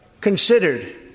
considered